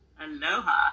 Aloha